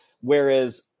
Whereas